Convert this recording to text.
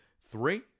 Three